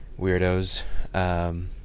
weirdos